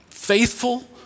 Faithful